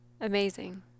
Amazing